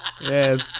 Yes